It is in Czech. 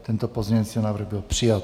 Tento pozměňovací návrh byl přijat.